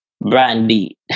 Brandy